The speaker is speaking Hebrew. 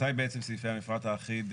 מתי בעצם סעיפי המפרט האחיד,